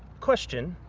question,